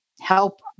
help